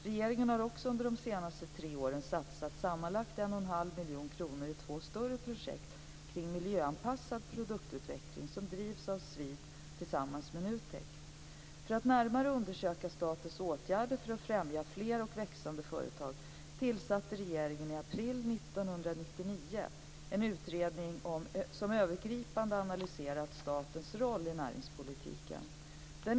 Regeringen har också under de senaste tre åren satsat sammanlagt 1,5 miljoner kronor i två större projekt kring miljöanpassad produktutveckling som drivs av SVID tillsammans med NUTEK. För att närmare undersöka statens åtgärder för att främja fler och växande företag tillsatte regeringen i april 1999 en utredning som övergripande analyserat statens roll i näringspolitiken.